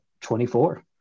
24